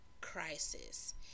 Crisis